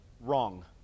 wrong